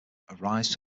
rise